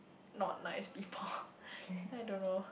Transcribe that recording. not nice people I don't know